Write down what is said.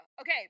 Okay